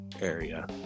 area